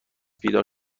بیدار